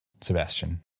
Sebastian